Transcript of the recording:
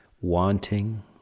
wanting